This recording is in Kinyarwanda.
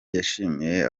yashimiye